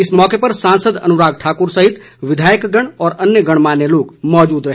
इस मौके सांसद अनुराग ठाकुर सहित विधायकगण और अन्य गणमान्य लोगा मौजूद रहे